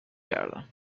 کردم